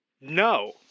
No